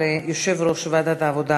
תודה רבה ליושב-ראש ועדת העבודה,